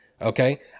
okay